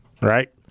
right